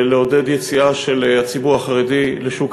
ולעודד יציאה של הציבור החרדי לשוק